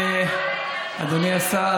אדוני השר,